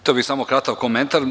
Hteo bih samo kratak komentar.